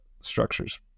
structures